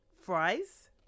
fries